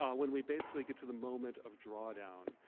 ah when we basically get to the moment of drawdown,